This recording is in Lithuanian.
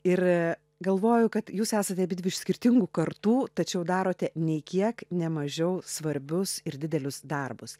ir galvoju kad jūs esate abidvi iš skirtingų kartų tačiau darote nei kiek ne mažiau svarbius ir didelius darbus